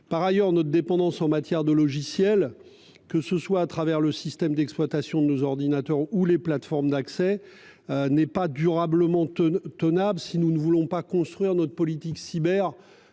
Par ailleurs, notre dépendance en matière de logiciels, que ce soit à travers le système d'exploitation de nos ordinateurs ou les plateformes d'accès. N'est pas durablement tenable. Si nous ne voulons pas construire notre politique cyber